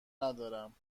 ندارم